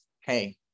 hey